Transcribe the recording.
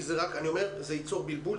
כי זה רק ייצור בלבול,